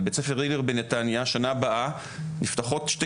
בבית ספר בנתניה בשנה הבאה נפתחות שתי